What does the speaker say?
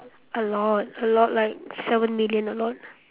a lot a lot like seven million a lot